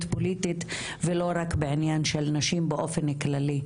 פוליטית ולא רק בעניין של נשים באופן כללי,